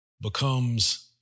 becomes